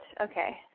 okay